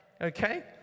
okay